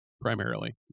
Primarily